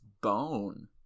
bone